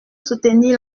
soutenir